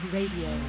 Radio